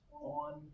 on